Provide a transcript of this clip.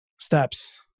steps